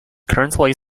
currently